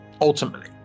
ultimately